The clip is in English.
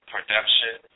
Production